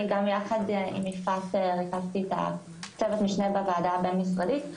אני גם יחד עם יפעת ריכזתי את צוות המשנה בוועדה הבין-משרדית.